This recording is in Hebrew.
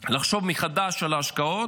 לחשוב מחדש על ההשקעות.